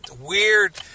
weird